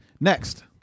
next